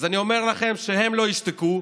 אז אני אומר לכם שהם לא ישתקו,